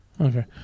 Okay